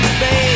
baby